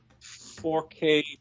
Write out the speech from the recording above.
4K